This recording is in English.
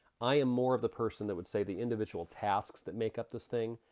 i am more of the person that would say the individual tasks that make up this thing,